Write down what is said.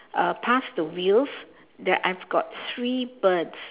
uh past the wheels there I've got three birds